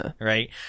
right